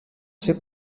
ser